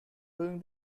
doing